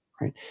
right